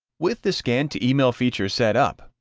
with the scan to email feature set up,